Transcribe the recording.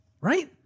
Right